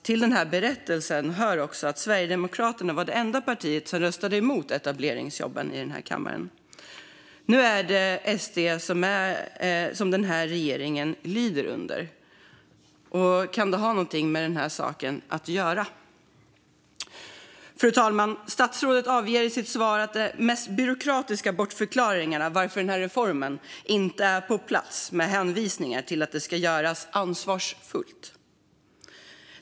Till denna berättelse hör också att Sverigedemokraterna var det enda parti som röstade emot etableringsjobben här i kammaren. Nu är det SD som regeringen lyder under. Kan det ha något med den här saken att göra? Fru talman! Statsrådet ger i sitt svar de mest byråkratiska bortförklaringar till att reformen inte är på plats, med hänvisningar till att det ska göras ansvarsfullt.